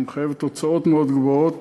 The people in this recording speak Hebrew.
שמחייבת הוצאות מאוד גבוהות.